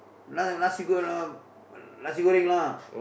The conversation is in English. na~ nasi-goreng ah nasi-goreng lah